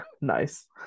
Nice